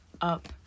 up